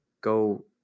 go